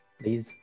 please